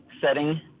setting